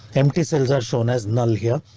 empty cells are shown as null here.